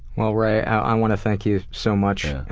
well, ray, i wanna thank you so much.